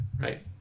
Right